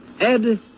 Ed